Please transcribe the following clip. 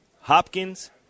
Hopkins